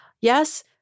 yes